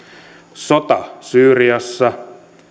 sota syyriassa